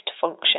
function